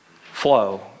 flow